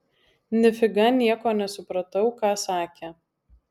nifiga nieko nesupratau ką sakė